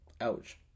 Ouch